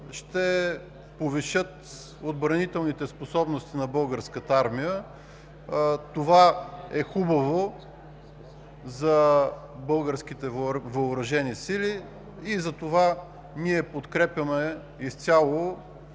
ще повишат отбранителните способности на Българската армия. Това е хубаво за българските въоръжени сили и затова ние подкрепяме изцяло